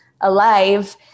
alive